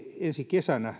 ensi kesänä